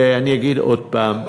ואני אגיד עוד פעם,